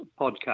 Podcast